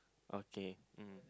okay mm